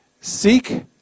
Seek